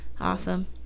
Awesome